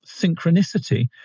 synchronicity